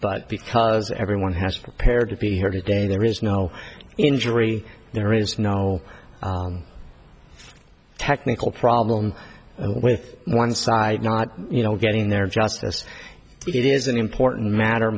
but because everyone has prepared to be here today there is no injury there is no technical problem with one side not you know getting there just as it is an important matter